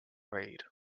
reid